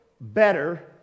better